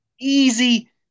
easy